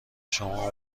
شما